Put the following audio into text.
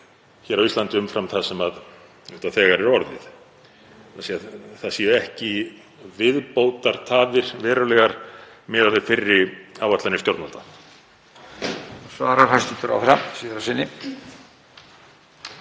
hér á Íslandi umfram það sem þegar er orðið? Það séu ekki viðbótar tafir verulegar miðað við fyrri áætlanir stjórnvalda.